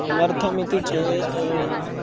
किमर्थमिति चेत्